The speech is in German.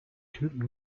typen